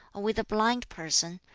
or with a blind person,